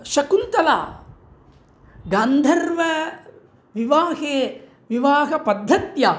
शकुन्तला गान्धर्वविवाहे विवाहपद्धत्या